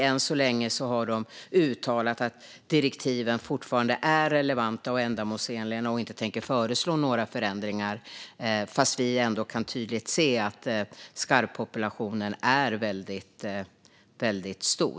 Än så länge har man uttalat att direktiven fortfarande är relevanta och ändamålsenliga och att man inte tänker föreslå några förändringar, trots att vi tydligt kan se att skarvpopulationen är väldigt stor.